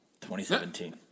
2017